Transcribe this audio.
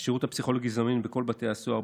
השירות הפסיכולוגי זמין בכל בתי הסוהר,